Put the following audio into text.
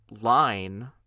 line